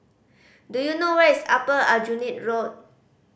do you know where is Upper Aljunied Road